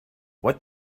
what